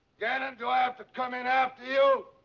gannon, do i have to come in after you?